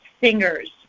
singer's